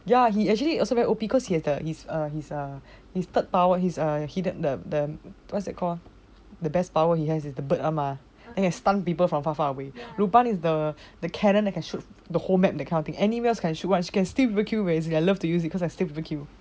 ya he actually also very O_P cause he have the his err his err his third power he's hidden the the what's it that call ah the best power he has is put the bird up ah then he stunt people from far far away luban is the the cannon can shoot the whole map that kind of thing anywhere also can shoot can still kill I love to use it because I can steal kill